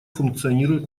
функционирует